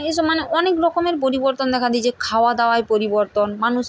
এই সব মানে অনেক রকমের পরিবর্তন দেখা দিচ্ছে খাওয়া দাওয়ায় পরিবর্তন মানুষ